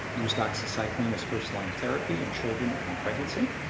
use doxycycline as first-line therapy in children and in pregnancy.